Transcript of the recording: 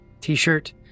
T-shirt